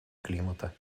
климата